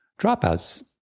dropouts